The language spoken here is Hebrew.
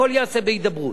הכול ייעשה בהידברות.